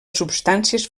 substàncies